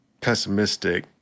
pessimistic